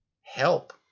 help